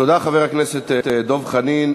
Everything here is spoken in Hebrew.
תודה, חבר הכנסת דב חנין.